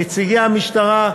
נציגי המשטרה,